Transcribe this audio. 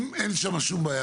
אם אין שם שום בעיה,